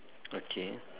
okay